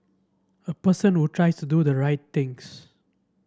a person who tries to do the right things